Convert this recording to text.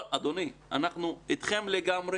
אדוני, אנחנו אתכם לגמרי.